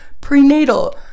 prenatal